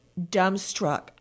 dumbstruck